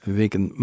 weken